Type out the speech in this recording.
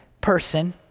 person